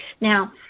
Now